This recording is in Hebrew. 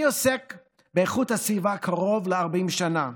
אני עוסק באיכות הסביבה קרוב ל-40 שנה.